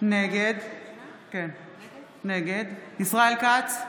נגד ישראל כץ,